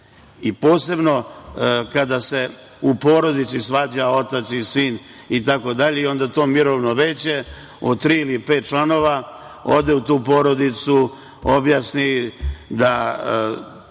posebno kada se u porodici svađaju otac i sin itd. i onda to mirovno veće od tri ili pet članova ode u tu porodicu, objasni da